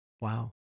Wow